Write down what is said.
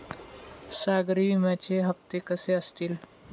सागरी विम्याचे हप्ते कसे असतील?